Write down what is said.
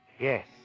Yes